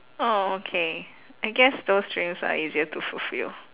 orh okay I guess those dreams are easier to fulfil